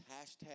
hashtag